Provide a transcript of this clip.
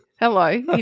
Hello